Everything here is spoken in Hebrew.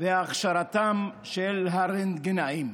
והכשרתם של הרנטגנאים.